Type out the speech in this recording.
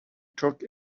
took